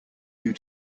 due